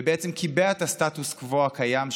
ובעצם קיבע את הסטטוס קוו הקיים,